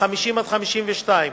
50 52,